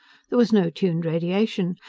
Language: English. there was no tuned radiation.